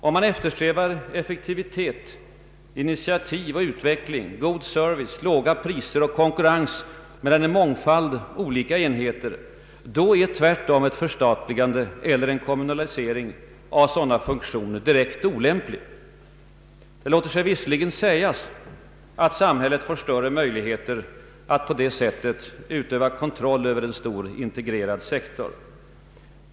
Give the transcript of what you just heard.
Om man eftersträvar effektivitet, initiativ och utveckling, god service, låga Ppriser och konkurrens mellan en mångfald olika enheter, då är tvärtom ett förstatligande eller en kommunalisering av sådana funktioner direkt olämplig. Det låter sig visserligen sägas att samhället får större möjligheter att på det sättet utöva kontroll över en stor integrerad sektor.